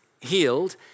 healed